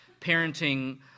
parenting